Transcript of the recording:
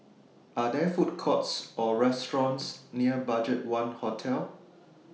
Are There Food Courts Or restaurants near BudgetOne Hotel